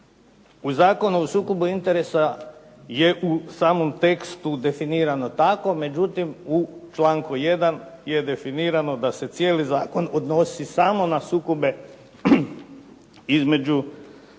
u Zakonu o sukobu interesa je u samom tekstu definirano tako, međutim u članku 1. je definirano da se cijeli zakon odnosi samo na sukobe između